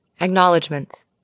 Acknowledgements